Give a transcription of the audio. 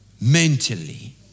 mentally